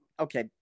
Okay